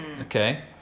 okay